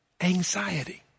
Anxiety